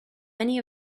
many